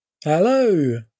Hello